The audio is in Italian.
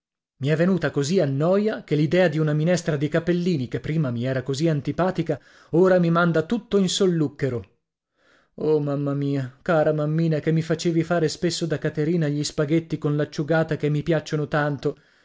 i è venuta così a noia che l'idea di una minestra di capellini che prima mi era così antipatica ora mi manda tutto in solluchero oh mamma mia cara mammina che mi facevi fare spesso da caterina gli spaghetti con l'acciugata che mi piacciono tanto